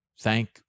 thank